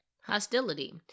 hostility